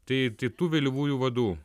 tai tai tų vėlyvųjų vadų